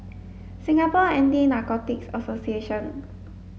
Singapore Anti Narcotics Association